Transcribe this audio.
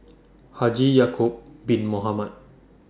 Haji Ya'Acob Bin Mohamed